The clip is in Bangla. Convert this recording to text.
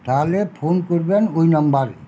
তাহলে ফোন করবেন ওই নাম্বারে